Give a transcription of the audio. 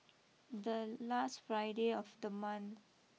the last Friday of the month